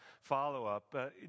follow-up